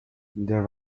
there